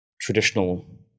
traditional